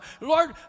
Lord